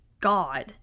God